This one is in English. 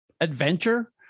adventure